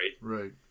Right